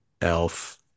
Elf